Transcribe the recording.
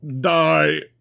die